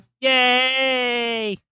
Yay